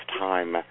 time